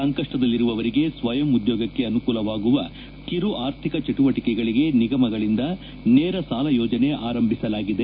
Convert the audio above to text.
ಸಂಕಷ್ಷದಲ್ಲಿರುವವರಿಗೆ ಸ್ವಯಂ ಉದ್ಯೋಗಕ್ಷೆ ಅನುಕೂಲವಾಗುವ ಕಿರು ಆರ್ಥಿಕ ಚಟುವಟಿಕೆಗಳಿಗೆ ನಿಗಮಗಳಿಂದ ನೇರ ಸಾಲ ಯೋಜನೆ ಆರಂಭಿಸಲಾಗಿದೆ